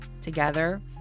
Together